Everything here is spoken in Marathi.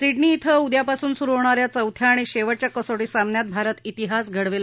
सीडनी क्वें उद्यापासून सुरु होणा या चौथ्या आणि शेव व्या कसोी सामन्यात भारत प्तिहास घडवेल